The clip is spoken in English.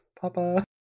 Papa